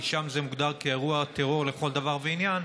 כי שם זה מוגדר כאירוע טרור לכל דבר ועניין,